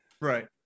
right